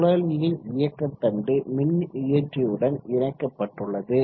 சுழலியின் இயக்க தண்டு மின்னியற்றியுடன் இணைக்கப்பட்டுள்ளது